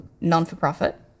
non-for-profit